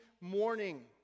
morning